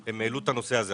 הם העלו את הנושא הזה.